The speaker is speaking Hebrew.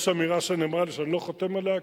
יש אמירה שנאמרה לי, שאני לא חותם עליה: